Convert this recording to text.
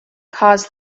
caused